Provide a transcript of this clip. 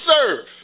serve